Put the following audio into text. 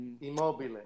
Immobile